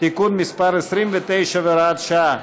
(תיקון מס' 29 והוראות שעה),